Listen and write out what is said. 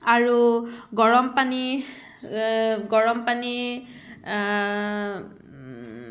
আৰু গৰম পানী গৰম পানী